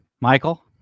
Michael